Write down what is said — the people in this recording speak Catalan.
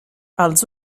els